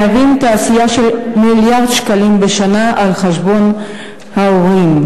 מהווים תעשייה של מיליארד שקלים בשנה על חשבון ההורים.